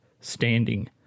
standing